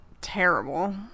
terrible